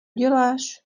děláš